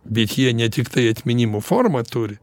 bet jie ne tiktai atminimo formą turi